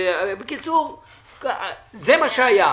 זה מה שהיה.